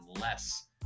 less